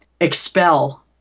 expel